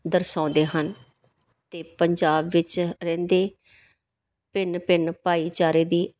ਦਰਸਾਉਂਦੇ ਹਨ ਅਤੇ ਪੰਜਾਬ ਵਿੱਚ ਰਹਿੰਦੇ ਭਿੰਨ ਭਿੰਨ ਭਾਈਚਾਰੇ ਦੀ